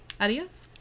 Adios